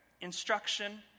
instruction